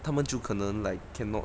他们就可能 like cannot